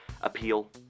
appeal